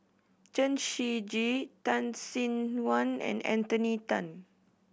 Chen Shiji Tan Sin Aun and Anthony Then